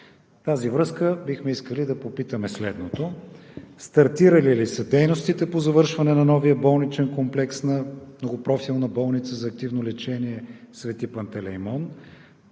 тази връзка бихме искали да попитаме следното: стартирали ли са дейностите по завършване на новия болничен комплекс на Многопрофилна болница за активно лечение „Свети Пантелеймон“?